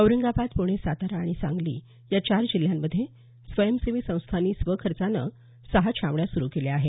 औरंगाबाद प्णे सातारा आणि सांगली या चार जिल्ह्यांमध्ये स्वयंसेवी संस्थांनी स्वखर्चानं सहा छावण्या सुरु केल्या आहेत